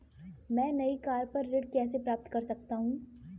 मैं नई कार पर ऋण कैसे प्राप्त कर सकता हूँ?